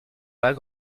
pas